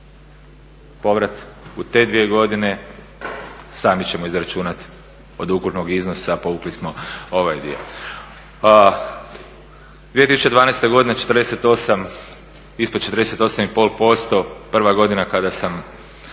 Povrat u te dvije godine sami ćemo izračunati od ukupnog iznosa povukli smo ovaj dio. 2012. godine 48, ispod 48 i pol posto. Prva godina kada sam